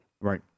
right